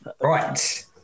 Right